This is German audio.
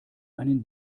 einen